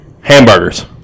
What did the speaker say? Hamburgers